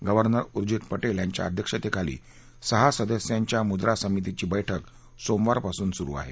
governor Urjit Patel यांच्या अध्यक्षतेखाली सहा सदस्यांच्या मुद्रा समितीची बैठक सोमवारपासून सुरु आहे